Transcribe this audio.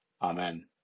Amen